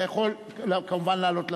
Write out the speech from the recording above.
אתה יכול כמובן לעלות לבמה.